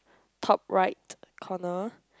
top right corner